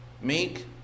meek